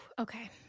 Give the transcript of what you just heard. Okay